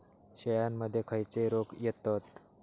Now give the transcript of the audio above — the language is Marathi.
शेळ्यामध्ये खैचे रोग येतत?